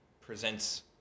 presents